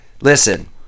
listen